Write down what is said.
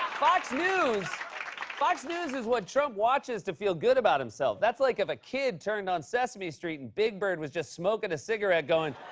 fox news fox news is what trump watches to feel good about himself. that's like if a kid turned on sesame street and big bird was just smoking a cigarette going,